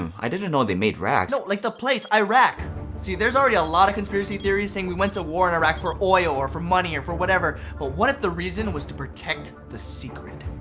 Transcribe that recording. um i didn't know they made racks. no, like the place, iraq! see, there's already a lot of conspiracy theories saying we went to war in iraq for oil, or for money, or for whatever. but what if the reason was to protect the secret?